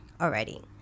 already